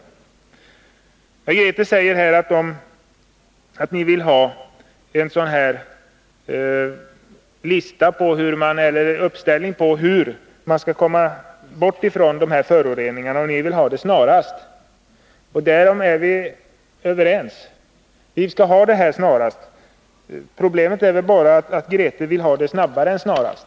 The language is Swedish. Grethe Lundblad säger vidare att socialdemokraterna vill ha en uppställning över åtgärder som måste vidtas för att vi skall slippa ifrån föroreningarna och att den måste tas fram snarast. Därom är vi överens. Vi skall ha fram listan snarast. Problemet är väl bara att Grethe Lundblad vill att det skall ske snabbare än snarast.